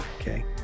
okay